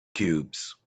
cubes